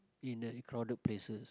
in a crowded places